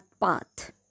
path